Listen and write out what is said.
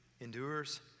endures